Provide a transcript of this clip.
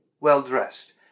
well-dressed